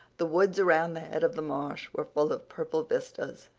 the woods around the head of the marsh were full of purple vistas,